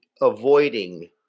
avoiding